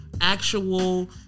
Actual